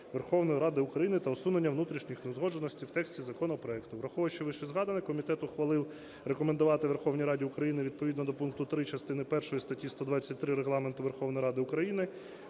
Верховної Ради України та усунення внутрішніх неузгодженостей в тексті законопроекту. Враховуючи вищезгадане, комітет ухвалив рекомендувати Верховній Раді України відповідно до пункту 3 частини першої статті 123 Регламенту Верховної Ради України